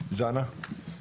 שוב